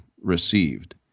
received